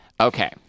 Okay